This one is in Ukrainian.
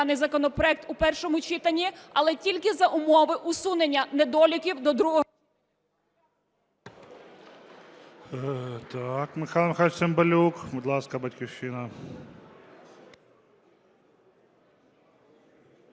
даний законопроект у першому читанні, але тільки за умови усунення недоліків до другого…